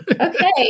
Okay